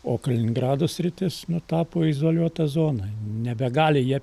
o kaliningrado sritis nu tapo izoliuota zona nebegali jie